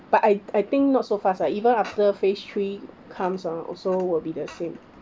but I I think not so fast lah even after phase three comes ah also will be the same